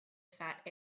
fat